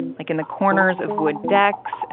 and like in the corners of wood decks, and